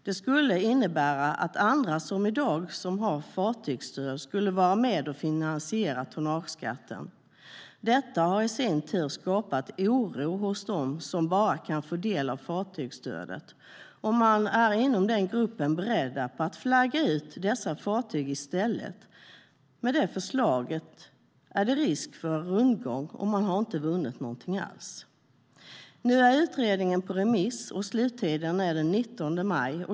Det skulle innebära att andra som i dag har fartygsstöd skulle vara med och finansiera tonnageskatten. Detta har i sin tur skapat oro hos dem som bara kan få del av fartygsstödet. Man är inom den gruppen beredd att flagga ut dessa fartyg i stället. Med det förslaget är det risk för rundgång, och man har inte vunnit något alls. Nu är utredningen på remiss, och sluttiden är den 19 maj.